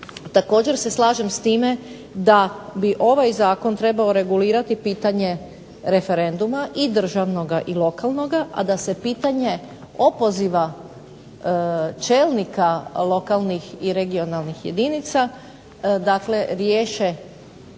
Također se slažem s time da bi ovaj Zakon trebao regulirati pitanje referenduma i državnoga i lokalnoga, a da se pitanje opoziva čelnika lokalnih i regionalnih jedinica, dakle